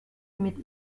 mit